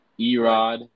Erod